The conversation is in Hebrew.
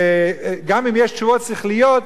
גם אם יש תשובות שכליות,